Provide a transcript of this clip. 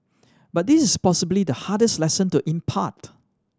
but this is possibly the hardest lesson to impart